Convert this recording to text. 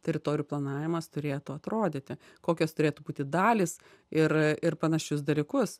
teritorijų planavimas turėtų atrodyti kokios turėtų būti dalys ir ir panašius dalykus